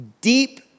deep